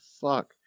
fuck